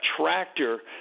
tractor